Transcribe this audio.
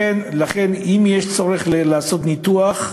לכן, אם יש צורך לעשות ניתוח,